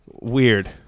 weird